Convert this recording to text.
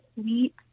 sweet